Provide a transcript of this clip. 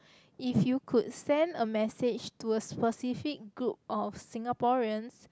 if you could send a message to a specific group of Singaporeans